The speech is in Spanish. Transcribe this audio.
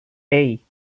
hey